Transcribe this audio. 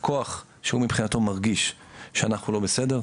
לקוח שהוא מבחינתו מרגיש שאנחנו לא בסדר,